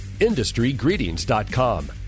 IndustryGreetings.com